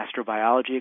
astrobiology